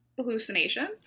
hallucinations